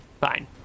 fine